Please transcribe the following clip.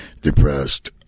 depressed